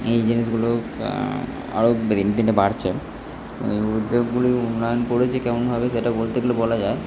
এই জিনিসগুলো আরও দিনে দিনে বাড়ছে এবং উদ্যোগগুলো উন্নয়ন করেছে কেমনভাবে সেটা বলতে গেলে বলা যায়